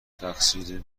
تقصیر